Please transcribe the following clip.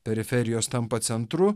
periferijos tampa centru